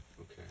Okay